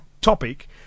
topic